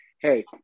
hey